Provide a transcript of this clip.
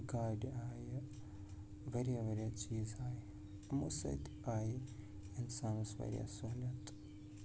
گاڑِ آیہِ واریاہ واریاہ چیٖز آیہِ یِمو سۭتۍ آیہِ اِنسانَس واریاہ سہوٗلیت